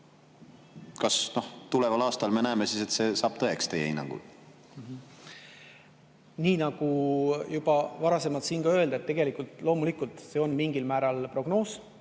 kas tuleval aastal me näeme, et see saab tõeks teie hinnangul? Nii nagu juba varasemalt öeldud, loomulikult see on mingil määral prognoos,